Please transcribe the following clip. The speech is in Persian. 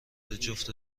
جفت